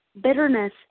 bitterness